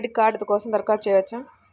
Credit card కోసం దరఖాస్తు చేయవచ్చా?